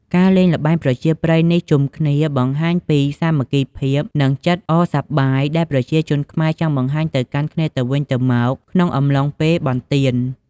ការលេងល្បែងប្រជាប្រិយនេះជុំគ្នាបង្ហាញពីសាមគ្គីភាព និងចិត្តអរសប្បាយដែលប្រជាជនខ្មែរចង់បង្ហាញទៅកាន់គ្នាទៅវិញទៅមកក្នុងអំឡុងពេលបុណ្យទាន។